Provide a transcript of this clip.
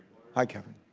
hi kevin.